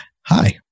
hi